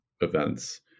events